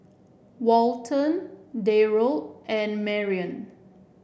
Walton Darold and Marion